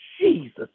Jesus